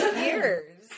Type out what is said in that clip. years